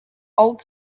old